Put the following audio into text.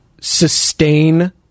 sustain